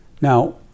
Now